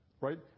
Right